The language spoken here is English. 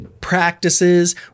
practices